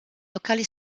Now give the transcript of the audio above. locali